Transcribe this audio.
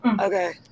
Okay